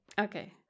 Okay